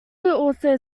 also